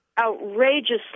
outrageously